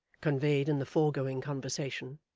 conveyed in the foregoing conversation,